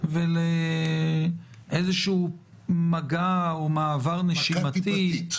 ולאיזשהו מגע או מעבר נשימתי.